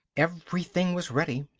everything was ready.